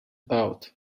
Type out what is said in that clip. out